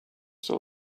still